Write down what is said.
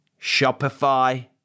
Shopify